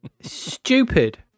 Stupid